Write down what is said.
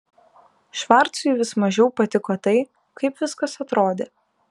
švarcui vis mažiau patiko tai kaip viskas atrodė